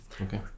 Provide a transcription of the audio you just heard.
Okay